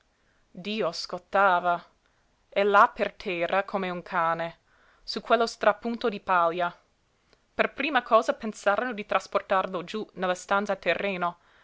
dio scottava e là per terra come un cane su quello strapunto di paglia per prima cosa pensarono di trasportarlo giú nella stanza a terreno